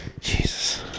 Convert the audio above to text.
Jesus